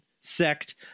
sect